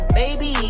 baby